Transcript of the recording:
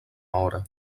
hora